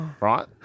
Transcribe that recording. Right